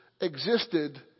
existed